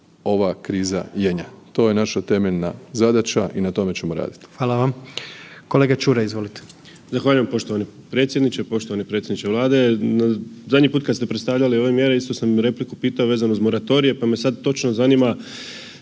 ova kriza jenja. To je naša temeljna zadaća i na tome ćemo radit. **Jandroković, Gordan (HDZ)** Hvala. Kolega Čuraj, izvolite. **Čuraj, Stjepan (HNS)** Zahvaljujem. Poštovani predsjedniče, poštovani predsjedniče Vlade. Zadnji put kada ste predstavljali ove mjere istu sam repliku pitao vezano uz moratorije, pa me sad točno zanima